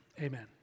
amen